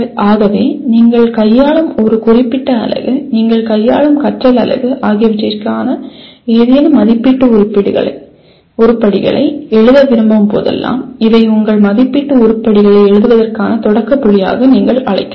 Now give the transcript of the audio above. ஆகவே நீங்கள் கையாளும் ஒரு குறிப்பிட்ட அலகு நீங்கள் கையாளும் கற்றல் அலகு ஆகியவற்றிற்கான ஏதேனும் மதிப்பீட்டு உருப்படிகளை எழுத விரும்பும் போதெல்லாம் இவை உங்கள் மதிப்பீட்டு உருப்படிகளை எழுதுவதற்கான தொடக்க புள்ளியாக நீங்கள் அழைக்கலாம்